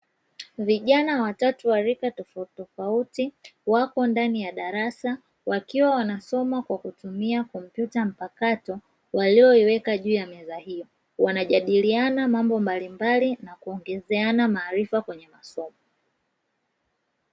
Vijana watatu wa rika tofautitofauti wako ndani ya darasa wakiwa wanasoma kwa kutumia kompyuta mpakato waliyoiweka juu ya meza hiyo. Wanajadiliana mambo mbalimbali na kuongezeana maarifa kwenye kusoma.